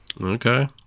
Okay